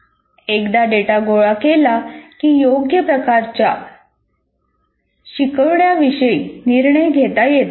एकदा डेटा गोळा केला की योग्य प्रकारच्या शिकवणयाविषयी निर्णय घेता येतो